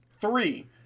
three